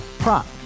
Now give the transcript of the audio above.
Prop